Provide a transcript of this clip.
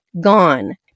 gone